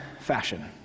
fashion